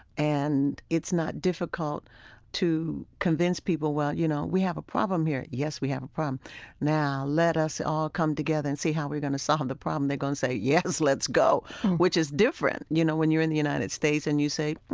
and it's not difficult to convince people, well, you know, we have a problem here yes, we have a problem now let us all come together and see how we're going to solve the problem they're going to say, yes. let's go which is different. you know, when you're in the united states and you say,